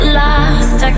lost